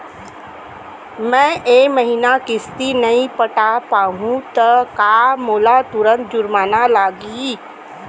मैं ए महीना किस्ती नई पटा पाहू त का मोला तुरंत जुर्माना लागही?